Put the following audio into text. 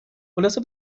خلاصه